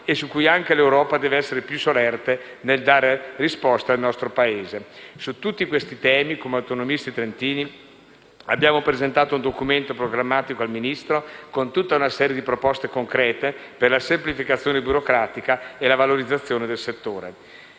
su cui anche l'Europa deve essere più solerte nel dare risposte al nostro Paese. Su tutti questi temi, come autonomisti trentini, abbiamo presentato un documento programmatico al Ministro, con tutta una serie di proposte concrete per la semplificazione burocratica e la valorizzazione del settore.